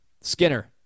skinner